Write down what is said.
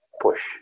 push